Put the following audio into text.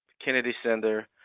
kennedy center.